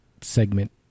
segment